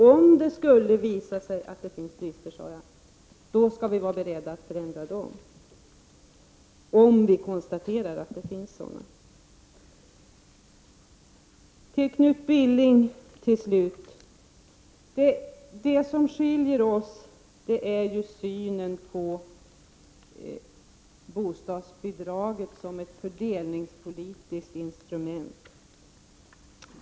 Om det skulle visa sig att det finns brister, måste vi vara beredda att åstadkomma en förändring för att komma till rätta med dessa. Det var vad jag sade. Till slut vill jag säga följande till Knut Billing. Vi har helt enkelt olika uppfattning om bostadsbidraget som fördelningspolitiskt instrument.